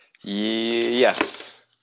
Yes